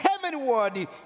heavenward